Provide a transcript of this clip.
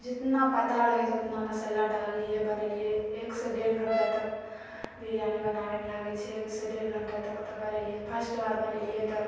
जितना पता रहै उतना मसाला डाललियै बनेलियै एक सँ डेढ़ घण्टा तक बिरयानी बनाबैमे लागै छै एक सँ डेढ़ घण्टा तक बनेलियै फर्स्ट बार बनेलियै तऽ